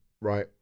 right